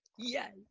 Yes